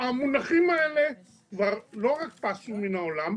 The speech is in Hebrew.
המונחים האלה כבר לא רק פסו מן העולם,